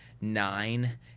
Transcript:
nine